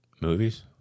Movies